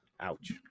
Ouch